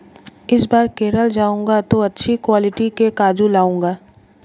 इस बार केरल जाऊंगा तो अच्छी क्वालिटी के काजू लाऊंगा